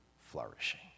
flourishing